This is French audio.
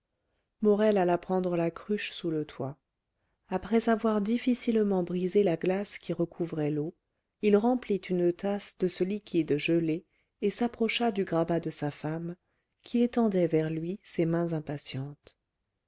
morel alla prendre la cruche sous le toit après avoir difficilement brisé la glace qui recouvrait l'eau il remplit une tasse de ce liquide gelé et s'approcha du grabat de sa femme qui étendait vers lui ses mains impatientes